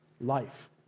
life